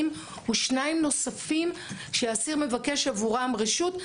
ושניים נוספים שהאסיר מבקש עבורם רשות.